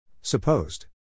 Supposed